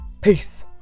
Peace